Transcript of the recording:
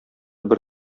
бер